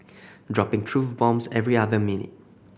dropping truth bombs every other minute